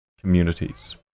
communities